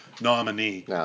nominee